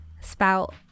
Spout